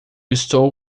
estou